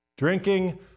Drinking